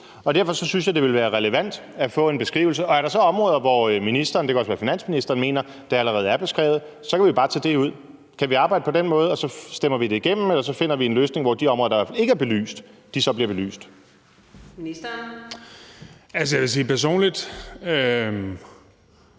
og derfor så synes jeg, det ville være relevant at få en beskrivelse. Og er der så områder, hvor ministeren mener, det kan også være finansministeren, at det allerede er beskrevet, så kan vi bare tage det ud. Kan vi arbejde på den måde og så stemme det igennem, og ellers finde en løsning, hvor de områder, der ikke er belyst, så bliver belyst? Kl. 14:35 Fjerde